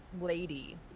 lady